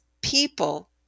people